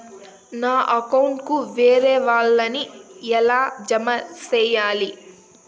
నా అకౌంట్ కు వేరే వాళ్ళ ని ఎలా జామ సేయాలి?